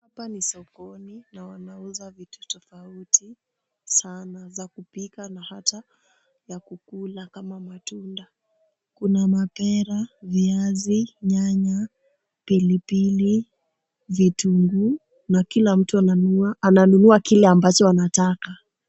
Hapa ni sokoni na wanauza vitu tafauti sana za kupika na hata za kukula kama matunda. Kuna mapera, Viazi, Nyanya, pilipili, vitunguu na kila mtu ananunua kile ambacho anataka.